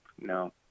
No